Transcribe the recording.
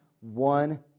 one